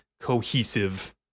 cohesive